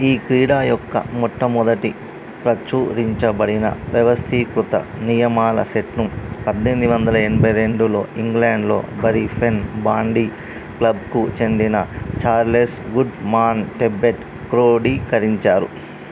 ఈ క్రీడ యొక్క మొట్టమొదటి ప్రచురించబడిన వ్యవస్థీకృత నియమాల సెట్ను పద్దెనిమిది వందల ఎనభై రెండులో ఇంగ్లాండ్లో బరీఫెన్ బాండీ క్లబ్కు చెందిన చార్లెస్ గుడ్మాన్ టెబ్బట్ క్రోడీకరించారు